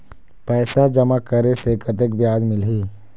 पैसा जमा करे से कतेक ब्याज मिलही?